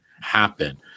happen